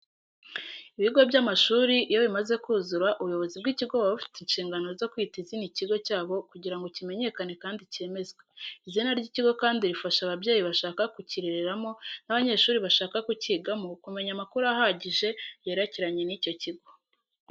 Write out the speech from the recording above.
Ibigo by'amashuri iyo bimaze kuzura ubuyobozi bw'ikigo, buba bufite inshingano zo kwita izina ikigo cyabo kugira ngo kimenyekane kandi cyemezwe. Izina ry'ikigo kandi rifasha ababyeyi bashaka kukirereramo n'abanyeshuri bashaka kukigamo, kumenya amakuru ahagije yerekeranye n'icyo kigo.